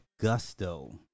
gusto